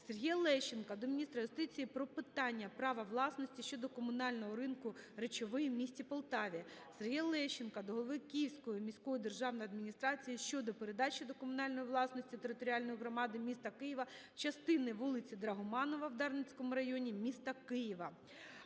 Сергія Лещенка до міністра юстиції про питання права власності щодо комунального ринку Речовий в місті Полтаві. Сергія Лещенка до голови Київської міської державної адміністрації щодо передачі до комунальної власності територіальної громади міста Києва частини вулиці Драгоманова в Дарницькому районі міста Києва.